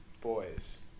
Boys